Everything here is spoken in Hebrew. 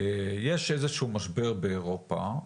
יש איזה שהוא משבר באירופה,